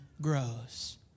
grows